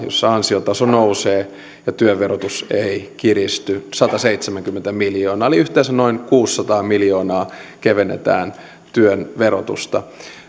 jolloin ansiotaso nousee ja työn verotus ei kiristy sataseitsemänkymmentä miljoonaa eli yhteensä noin kuusisataa miljoonaa kevennetään työn verotusta